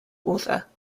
author